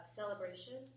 celebration